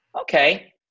okay